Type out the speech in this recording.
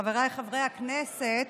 חבריי חברי הכנסת,